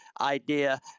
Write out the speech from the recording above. Idea